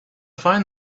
find